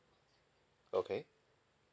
okay